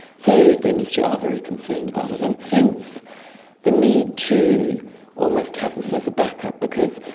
so the industry are very concerned about it, and hence the need to almost have this as a backup because,